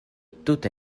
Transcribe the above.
tute